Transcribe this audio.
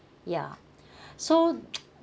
ya so